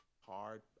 hard